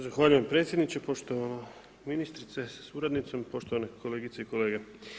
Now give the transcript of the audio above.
Zahvaljujem predsjedniče, poštovana ministrice sa suradnicom, poštovane kolegice i kolege.